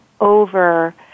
over